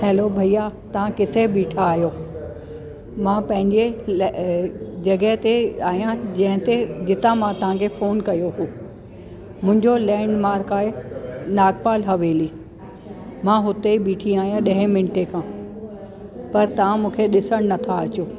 hello भईया तव्हां किथे बीठा आहियो मां पंहिंजे ला जॻह ते आहियां जंहिंते जिता मां तव्हांखे फ़ोन कयो हो मुंहिंजो लैंडमार्क आहे नागपाल हवेली मां हुते बीठी आहियां ॾहे मिंटे खां पर तव्हां मूंखे ॾिसण नथा अचो